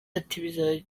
ati